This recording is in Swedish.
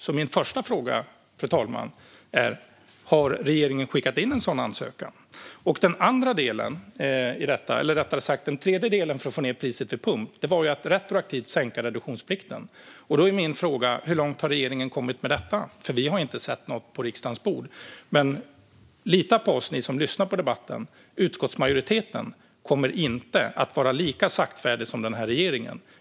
Så min första fråga är, fru talman: Har regeringen skickat in en sådan ansökan? Den tredje delen när det gäller att få ned priset vid pump var att retroaktivt sänka reduktionsplikten. Hur långt har regeringen kommit med detta? Vi har nämligen inte sett att det har kommit något förslag på riksdagens bord. Ni som lyssnar på debatten! Lita på oss! Utskottsmajoriteten kommer inte att vara lika saktfärdig som den här regeringen.